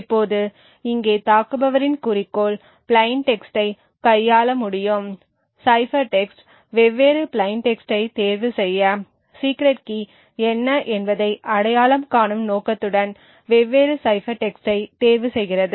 இப்போது இங்கே தாக்குபவரின் குறிக்கோள் பிளைன் டெக்ஸ்ட்டை கையாள முடியும் சைபர் டெக்ஸ்ட் வெவ்வேறு பிளைன் டெக்ஸ்ட்டை தேர்வுசெய்ய சீக்ரெட் கீ என்ன என்பதை அடையாளம் காணும் நோக்கத்துடன் வெவ்வேறு சைபர் டெக்ஸ்ட்டை தேர்வுசெய்கிறது